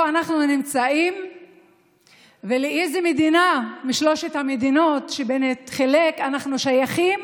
איפה אנחנו נמצאים ולאיזו מדינה משלוש המדינות שבנט חילק אנחנו שייכים,